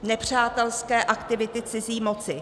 Nepřátelské aktivity cizí moci.